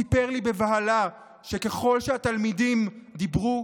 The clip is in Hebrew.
הוא סיפר לי בבהלה שככל שהתלמידים דיברו,